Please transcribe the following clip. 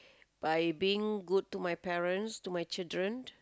by being good to my parents to my children